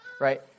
right